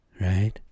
right